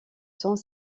sont